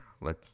Let